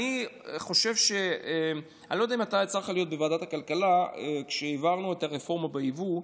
אני לא יודע אם יצא לך להיות בוועדת הכלכלה כשהעברנו את הרפורמה ביבוא,